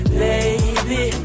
baby